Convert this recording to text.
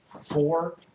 four